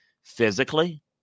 Physically